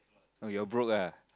oh you're broke ah